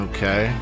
Okay